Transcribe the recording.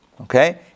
Okay